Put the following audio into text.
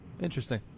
Interesting